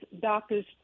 doctors